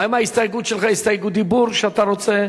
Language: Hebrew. האם ההסתייגות שלך היא הסתייגות דיבור שאתה רוצה